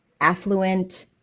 affluent